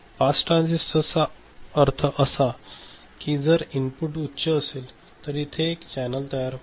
pass transistor चा अर्थ असा की जर इनपुट उच्च असेल तर इथे एक चॅनेल तयार होईल